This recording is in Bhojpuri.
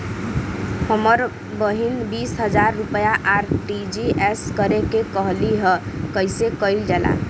हमर बहिन बीस हजार रुपया आर.टी.जी.एस करे के कहली ह कईसे कईल जाला?